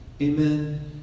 Amen